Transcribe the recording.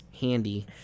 Handy